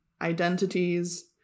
identities